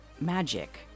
magic